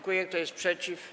Kto jest przeciw?